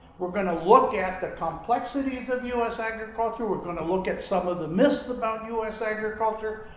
we're going to look at the complexities of us agriculture. we're going to look at some of the myths about us agriculture.